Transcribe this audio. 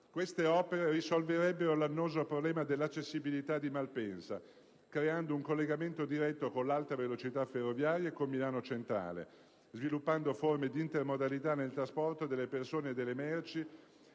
Queste opere risolverebbero l'annoso problema dell'accessibilità di Malpensa, creando un collegamento diretto con l'Alta Velocità ferroviaria e con la stazione di Milano centrale, sviluppando forme di intermodalità nel trasporto delle persone e delle merci